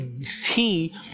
see